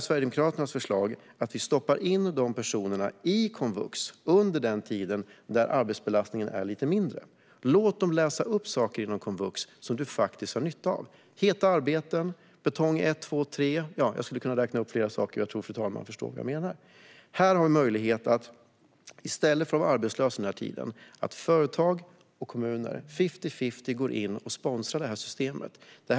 Sverigedemokraternas förslag är att vi stoppar in dessa personer i komvux under den tid då arbetsbelastningen är lite mindre och låter dem läsa in sådant inom komvux som man faktiskt har nytta av inom vissa arbeten - betong 1, 2 och 3. Jag skulle kunna räkna upp fler saker, men jag tror att ni förstår vad jag menar. I stället för att människor är arbetslösa vissa tider finns det möjlighet för företag och kommuner att gå in och sponsra detta system fifty-fifty.